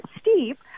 steep